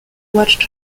watched